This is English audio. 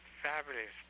fabulous